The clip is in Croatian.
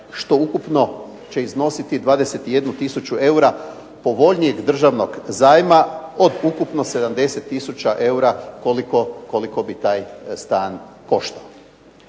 što ukupno će iznositi 21 tisuću eura povoljnijeg državnog zajma, od ukupno 70 tisuća eura koliko bi taj stan koštao.